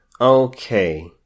okay